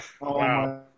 Wow